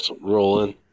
rolling